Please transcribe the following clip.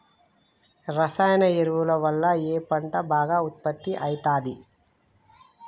రసాయన ఎరువుల వల్ల ఏ పంట బాగా ఉత్పత్తి అయితది?